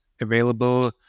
available